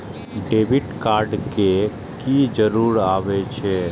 Debit card के की जरूर आवे छै?